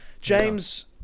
James